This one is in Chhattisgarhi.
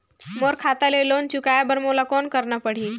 मोर खाता ले लोन चुकाय बर मोला कौन करना पड़ही?